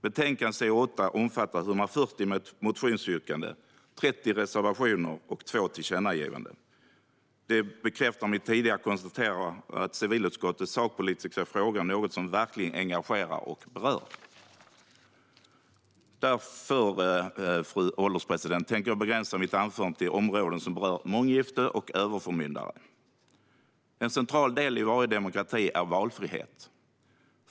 Betänkande CU8 omfattar 140 motionsyrkanden, 30 reservationer och 2 tillkännagivanden. Det bekräftar mitt tidigare konstaterande att civilutskottets sakpolitiska frågor är något som verkligen engagerar och berör. Därför tänker jag begränsa mitt anförande till områden som berör månggifte och överförmyndare, fru ålderspresident. En central del i varje demokrati är valfrihet.